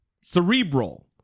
cerebral